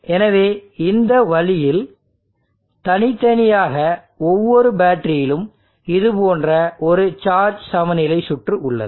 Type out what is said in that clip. எனவே இந்த வழியில் தனித்தனியாக ஒவ்வொரு பேட்டரியிலும் இது போன்ற ஒரு சார்ஜ் சமநிலை சுற்று உள்ளது